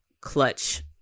clutch